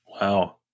Wow